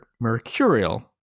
mercurial